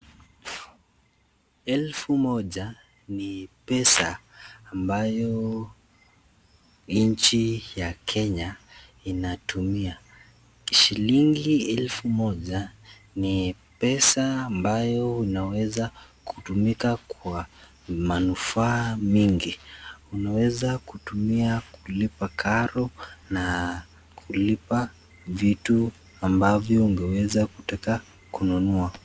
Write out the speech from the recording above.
Elfu moja ni pesa ambayo nchi ya kenya inatumia. Shilingi elfu moja ni pesa ambayo inaweza kutumika kwa manufaa mingi, unaweza kutumia kulipa karo na kulipa vitu ambavyo ungeweza kutaka kununua.